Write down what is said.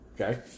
Okay